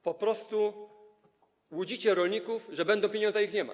Po prostu łudzicie rolników, że będą pieniądze, a ich nie ma.